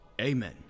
Amen